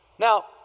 Now